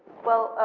well,